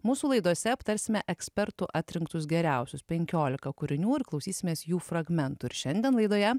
mūsų laidose aptarsime ekspertų atrinktus geriausius penkiolika kūrinių ir klausysimės jų fragmentų ir šiandien laidoje